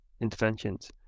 interventions